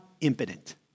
impotent